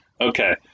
Okay